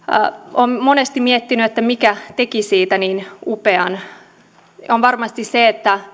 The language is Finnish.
olen monesti miettinyt mikä teki siitä niin upean varmasti se että